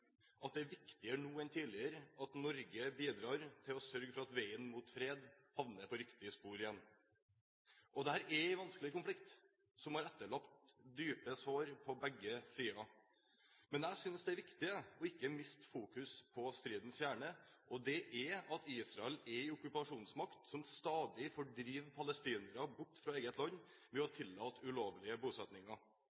at det er viktigere nå enn tidligere at Norge bidrar til å sørge for at veien mot fred havner på riktig spor igjen. Dette er en vanskelig konflikt som har etterlatt dype sår på begge sider. Men jeg synes det er viktig ikke å miste fokus på stridens kjerne, og det er at Israel er en okkupasjonsmakt som stadig fordriver palestinere bort fra eget land ved å